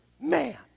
Man